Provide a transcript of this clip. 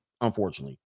unfortunately